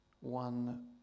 one